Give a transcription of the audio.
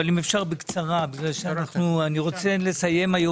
אבל אם אפשר בקצרה כי אני רוצה לסיים היום